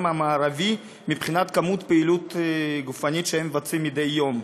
המערבי מבחינת היקף הפעילות הגופנית שהם מבצעים מדי יום.